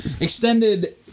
extended